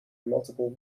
multiple